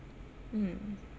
mm